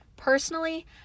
Personally